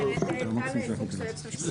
טל פוקס, היועצת המשפטית